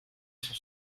son